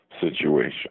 situation